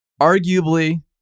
arguably